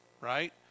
Right